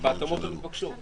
בהתאמות המתבקשות.